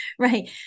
Right